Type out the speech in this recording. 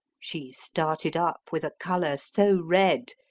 she started up, with a colour soe redd,